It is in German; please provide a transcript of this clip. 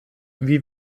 wie